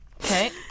Okay